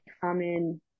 common